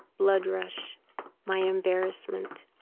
blood rush my embarrassment.